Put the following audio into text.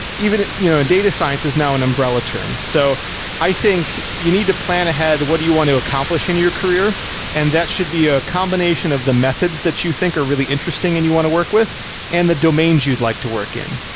even you know and data science is now an umbrella term. so i think you need to plan ahead what do you want to accomplish in your career and that should be a combination of the methods that you think are really interesting and you want to work with and the domains you'd like to work in.